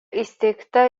įsteigta